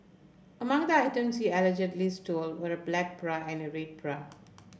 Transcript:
among the items he allegedly stole were a black bra and a red bra